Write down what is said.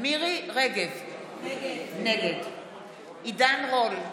מירי מרים רגב, נגד עידן רול,